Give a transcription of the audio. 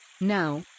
Now